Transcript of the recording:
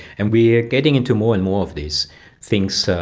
and we're getting into more and more of these things, so